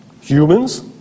Humans